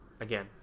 again